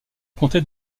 comté